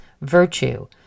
virtue